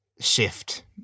shift